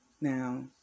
Now